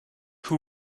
who